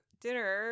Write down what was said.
dinner